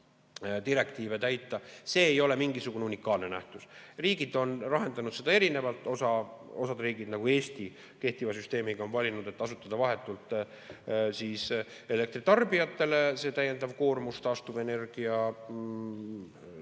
täita, mingisugune unikaalne nähtus. Riigid on lahendanud seda erinevalt. Osa riike – nagu Eesti kehtiva süsteemiga – on valinud, et tasuda vahetult elektritarbijatele see täiendav koormus taastuvenergia